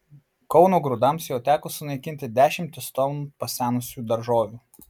kauno grūdams jau teko sunaikinti dešimtis tonų pasenusių daržovių